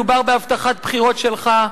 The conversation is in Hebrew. מדובר בהבטחת בחירות שלך,